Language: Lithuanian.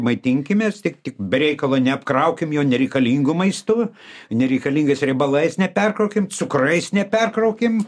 maitinkimės tik tik be reikalo neapkraukim jo nereikalingu maistu nereikalingais riebalais neperkraukim cukrais neperkraukim